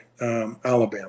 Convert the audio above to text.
Alabama